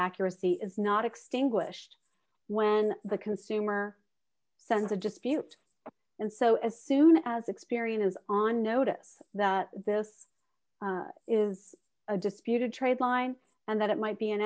accuracy is not extinguished when the consumer sends a dispute and so as soon as experian is on notice that this is a disputed trade line and that it might be an